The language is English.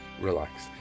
relax